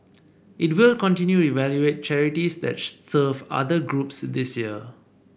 it will continue evaluate charities that serve other groups this year